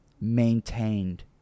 maintained